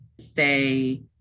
stay